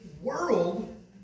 world